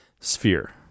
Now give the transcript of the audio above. sphere